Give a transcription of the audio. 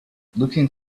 looking